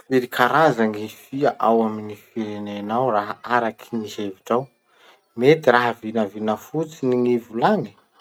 Firy karaza gny fia ao amin'ny firenenao raha araky gny hevitrao? Mety raha vinavina fotsiny gny volagny.